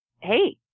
hey